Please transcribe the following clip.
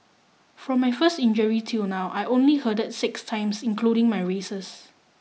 from my first injury till now I only hurdled six times including my races